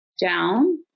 Down